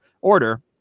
order